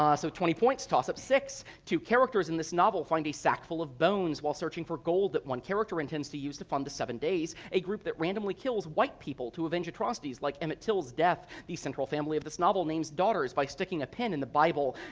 ah so twenty points tossup six two characters in this novel find a sack full of bones while searching for gold that one character intends to use to fund the seven days, a group that randomly kills white people to avenge atrocities like emmett till's death. the central family of this novel names daughters by sticking a pin in the bible.